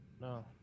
no